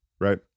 right